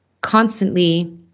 constantly